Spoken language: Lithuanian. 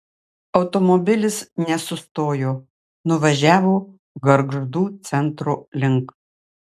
automobilis nesustojo nuvažiavo gargždų centro link